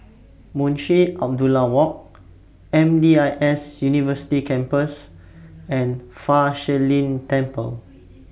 Munshi Abdullah Walk M D I S University Campus and Fa Shi Lin Temple